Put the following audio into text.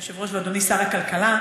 אדוני היושב-ראש ואדוני שר הכלכלה.